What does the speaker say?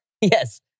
Yes